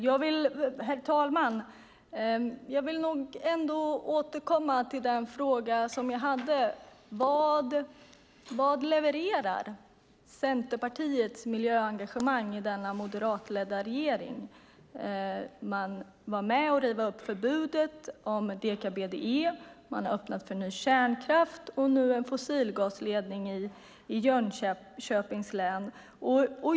Herr talman! Jag vill nog ändå återkomma till den fråga jag hade. Vad levererar Centerpartiets miljöengagemang i den moderatledda regeringen? Man var med om att riva upp förbudet mot deka-BDE, man har öppnat för ny kärnkraft och nu har man godkänt en fossilgasledning i Jönköpings län.